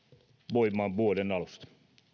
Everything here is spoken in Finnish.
voimaan vuoden alusta